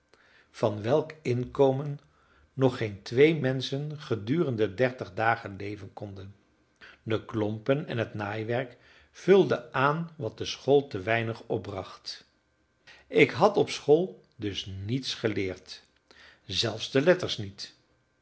van welk inkomen toch geen twee menschen gedurende dertig dagen leven konden de klompen en het naaiwerk vulden aan wat de school te weinig opbracht ik had op school dus niets geleerd zelfs de letters niet